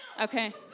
Okay